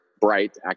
bright